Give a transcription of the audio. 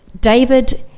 David